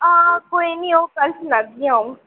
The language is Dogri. हां कोई निं अ'ऊं कल्ल सनागी अ'ऊं